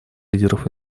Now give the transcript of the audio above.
лидеров